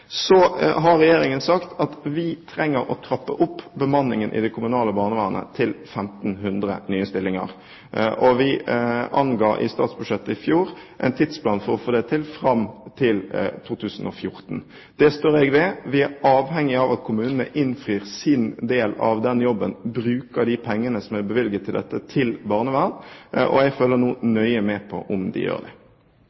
kommunale barnevernet til 1 500 nye stillinger. Vi anga i statsbudsjettet i fjor en tidsplan – for å få det til – fram til 2014. Det står jeg ved. Vi er avhengig av at kommunene innfrir sin del av den jobben, at de bruker de pengene som er bevilget til dette, til barnevern. Jeg følger nå